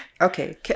Okay